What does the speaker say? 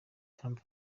trump